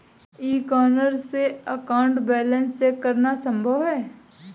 क्या e corner से account balance check करना संभव है?